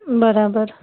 बराबरि